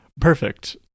Perfect